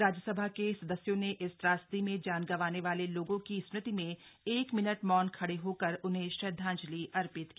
राज्यसभा के सदस्यों ने इस त्रासदी में जान गंवाने वाले लोगों की स्मृति में एक मिनट मौन खड़े होकर उन्हें श्रद्धांजलि अर्पित की